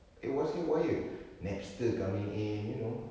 it was haywire napster coming in you know